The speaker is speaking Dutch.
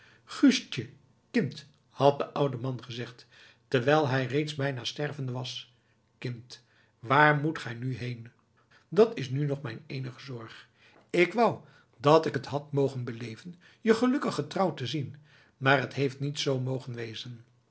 guustje kind had de oude man gezegd terwijl hij reeds bijna stervende was kind waar moet gij nu heen dat is nu nog mijn eenige zorg k wou dat ik t had mogen beleven je gelukkig getrouwd te zien maar t heeft niet zoo mogen wezen